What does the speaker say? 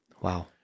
Wow